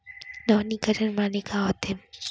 नवीनीकरण माने का होथे?